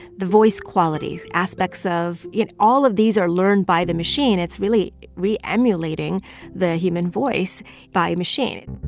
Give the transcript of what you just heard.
the voice qualities aspects of you know, all of these are learned by the machine. it's really re-emulating the human voice by a machine and